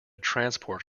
transport